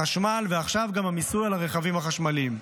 החשמל, ועכשיו גם המיסוי על רכבים חשמליים.